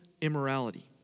immorality